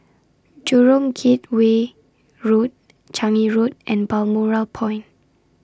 Jurong Gateway Road Changi Road and Balmoral Point